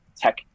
tech